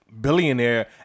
billionaire